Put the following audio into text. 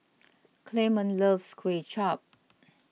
Clemon loves Kuay Chap